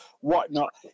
whatnot